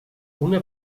una